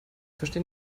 verstehe